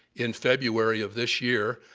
in february of this year,